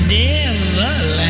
devil